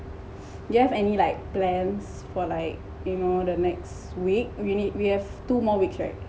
do you have any like plans for like you know the next week we need we have two more weeks right